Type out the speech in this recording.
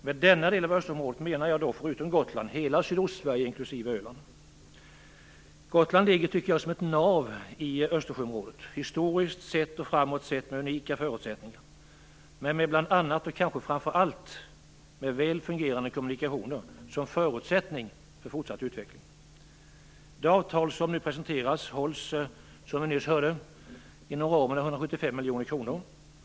Med denna del av Östersjöområdet menar jag förutom Gotland hela Sydostsverige inklusive Gotland ligger som ett nav i Östersjöområdet, historiskt sett och framåt sett med unika förutsättningar och med bl.a., och kanske framför allt, väl fungerande kommunikationer som förutsättning för fortsatt utveckling. Det avtal som nu presenteras håller sig, som vi nyss hörde, inom ramen för 175 miljoner kronor.